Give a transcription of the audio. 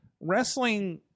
wrestling